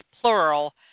plural